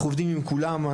אנחנו עובדים עם כולם.